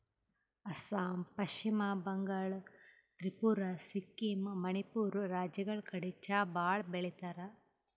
ಅಸ್ಸಾಂ, ಪಶ್ಚಿಮ ಬಂಗಾಳ್, ತ್ರಿಪುರಾ, ಸಿಕ್ಕಿಂ, ಮಣಿಪುರ್ ರಾಜ್ಯಗಳ್ ಕಡಿ ಚಾ ಭಾಳ್ ಬೆಳಿತಾರ್